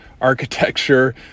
Architecture